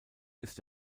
ist